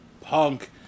punk